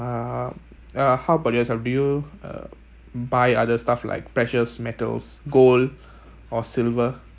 um uh how about yourself do you uh buy other stuff like precious metals gold or silver